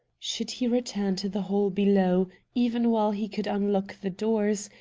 should he return to the hall below, even while he could unlock the doors,